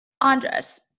Andres